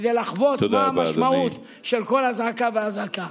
כדי לחוות מה המשמעות של כל אזעקה ואזעקה.